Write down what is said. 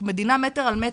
אנחנו מדינה מטר על מטר.